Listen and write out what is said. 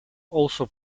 also